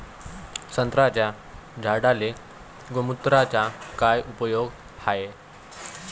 संत्र्याच्या झाडांले गोमूत्राचा काय उपयोग हाये?